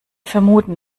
vermuten